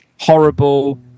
horrible